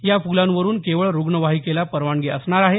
या पुलांवरून केवळ रुग्णवाहिकेला परवानगी असणार आहे